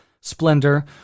splendor